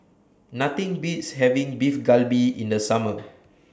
Nothing Beats having Beef Galbi in The Summer